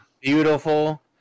Beautiful